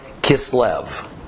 Kislev